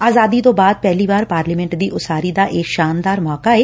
ਆਜ਼ਾਦੀ ਤੋਂ ਬਾਅਦ ਪਹਿਲੀ ਵਾਰ ਪਾਰਲੀਮੈਂਟ ਦੀ ਉਸਾਰੀ ਦਾ ਇਹ ਸ਼ਾਨਦਾਰ ਮੌਕਾ ਏ